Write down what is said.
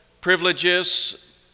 privileges